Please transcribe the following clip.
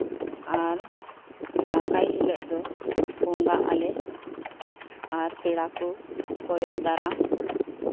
ᱟᱨ ᱫᱟᱠᱟᱭ ᱦᱤᱞᱳᱜ ᱫᱚ ᱵᱚᱸᱜᱟᱜᱼᱟ ᱟᱞᱮ ᱟᱨ ᱯᱮᱲᱟ ᱠᱚ ᱠᱚᱭᱚᱜ ᱫᱟᱨᱟᱢ